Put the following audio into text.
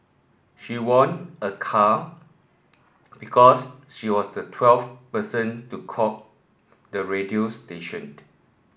she won a car because she was the twelfth person to call the radio station